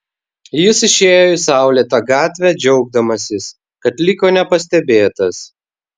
jis išėjo į saulėtą gatvę džiaugdamasis kad liko nepastebėtas